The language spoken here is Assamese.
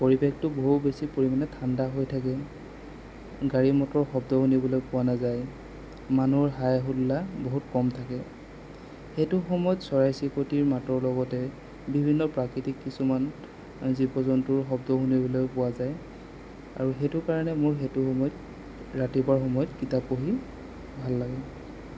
পৰিবেশটো বহু বেছি পৰিমাণে ঠাণ্ডা হৈ থাকে গাড়ী মটৰৰ শব্দ শুনিবলৈ পোৱা নাযায় মানুহৰ হাই হুল্লা বহুত কম থাকে সেইটো সময়ত চৰাই চিৰিকটিৰ মাতৰ লগতে বিভিন্ন প্ৰাকৃতিক কিছুমান জীৱ জন্তুৰ শব্দও শুনিবলৈ পোৱা যায় আৰু সেইটো কাৰণে মোৰ সেইটো সময়ত ৰাতিপুৱাৰ সময়ত কিতাপ পঢ়ি ভাল লাগে